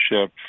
ship